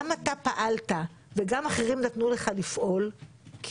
גם אתה פעלת וגם אחרים נתנו לך לפעול כי